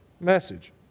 message